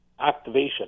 activation